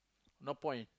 no point